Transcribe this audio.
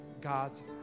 God's